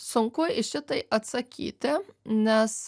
sunku į šitai atsakyti nes